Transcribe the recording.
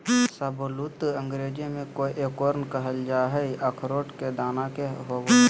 शाहबलूत अंग्रेजी में एकोर्न कहल जा हई, अखरोट के दाना के होव हई